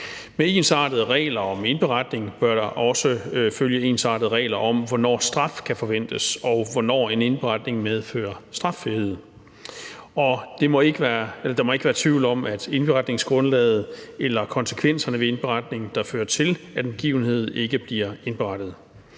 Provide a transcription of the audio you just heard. Med ensartede regler om indberetning bør der også følge ensartede regler om, hvornår straf kan forventes, og hvornår en indberetning medfører straffrihed. Der må ikke være tvivl om indberetningsgrundlaget eller om konsekvenserne ved, at en begivenhed ikke bliver indberettet.